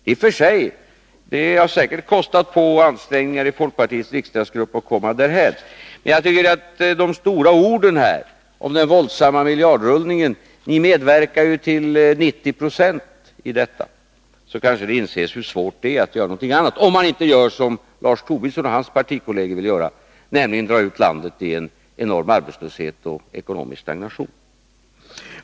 Det har i och för sig säkerligen kostat ansträngningar i folkpartiets riksdagsgrupp att komma därhän. Men jag tycker att de stora orden här om den våldsamma miljardrullningen är överdrivna. Ni medverkar ju till 90 90 till detta. Man inser då hur svårt det är att göra någonting annat, om man inte gör som Lars Tobisson och hans partikolleger vill, nämligen dra ut landet i en enorm arbetslöshet och ekonomisk stagnation.